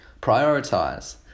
prioritize